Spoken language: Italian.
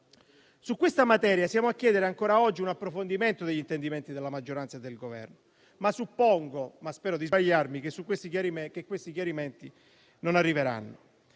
Su questa materia siamo a chiedere, ancora oggi, un approfondimento degli intendimenti della maggioranza e del Governo, ma suppongo - spero di sbagliarmi - che quei chiarimenti non arriveranno.